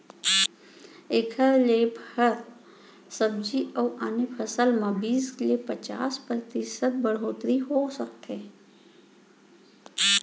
एखर ले फर, सब्जी अउ आने फसल म बीस ले पचास परतिसत बड़होत्तरी हो सकथे